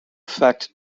effect